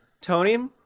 Tony